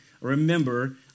remember